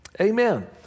Amen